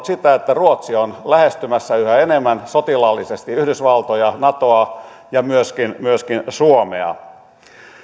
ruotsi on lähestymässä yhä enemmän sotilaallisesti yhdysvaltoja natoa ja myöskin suomea